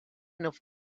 enough